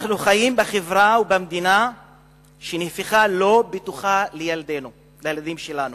אנחנו חיים בחברה ובמדינה שהפכה להיות לא בטוחה לילדים שלנו,